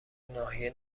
ناحیه